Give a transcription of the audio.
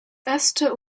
ester